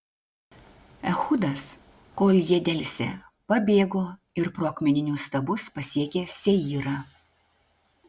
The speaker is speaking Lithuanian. ehudas kol jie delsė pabėgo ir pro akmeninius stabus pasiekė seyrą